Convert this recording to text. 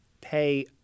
pay